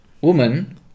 woman